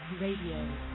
Radio